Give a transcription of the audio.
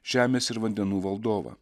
žemės ir vandenų valdovą